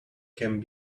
can